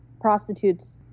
prostitutes